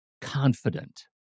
confident